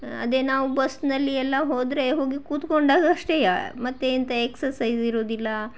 ಅದೇ ನಾವು ಬಸ್ನಲ್ಲಿ ಎಲ್ಲ ಹೋದರೆ ಹೋಗಿ ಕೂತ್ಕೊಂಡಾಗ ಅಷ್ಟೇ ಮತ್ತೆಂಥ ಎಕ್ಸಸೈಸ್ ಇರೋದಿಲ್ಲ